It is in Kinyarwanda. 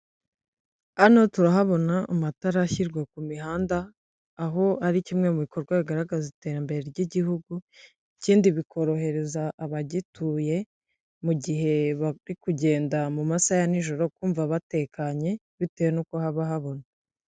Hano turahabona matara ashyirwa ku mihanda, aho ari kimwe mu bikorwa bigaragaza iterambere ry'igihugu, ikindi bikorohereza abagituye, mu gihe bari kugenda mu masaha ya nijoro kumva batekanye, bitewe n'uko haba habona.